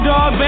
Dog